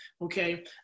okay